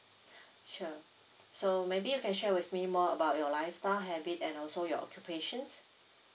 sure so maybe you can share with me more about your lifestyle habit and also your occupations